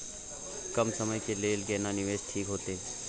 कम समय के लेल केना निवेश ठीक होते?